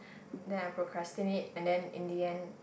then I procrastinate and then in the end